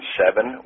seven